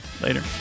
Later